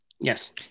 Yes